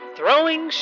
Throwing